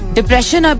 Depression